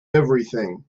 everything